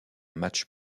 match